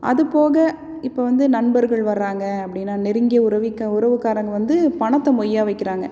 அதுப்போக இப்போ வந்து நண்பர்கள் வர்றாங்க அப்படினா நெருங்கிய உறவிக்க உறவுக்காறங்க வந்து பணத்தை மொய்யாக வைக்கிறாங்க